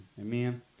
Amen